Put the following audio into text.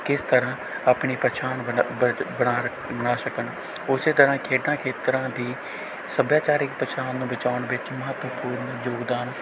ਕਿਸ ਤਰ੍ਹਾਂ ਆਪਣੀ ਪਹਿਚਾਣ ਬਣਾ ਸਕਣ ਉਸ ਤਰ੍ਹਾਂ ਖੇਡਾਂ ਖੇਤਰਾਂ ਦੀ ਸੱਭਿਆਚਾਰਕ ਪਹਿਚਾਣ ਨੂੰ ਬਚਾਉਣ ਵਿੱਚ ਮਹੱਤਵਪੂਰਨ ਯੋਗਦਾਨ